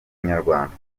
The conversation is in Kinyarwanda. inyarwanda